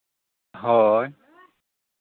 ᱦᱳᱭ